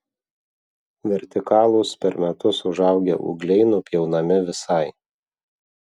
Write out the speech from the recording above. vertikalūs per metus užaugę ūgliai nupjaunami visai